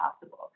possible